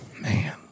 Man